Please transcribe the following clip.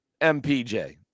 MPJ